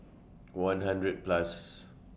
one hundred Plus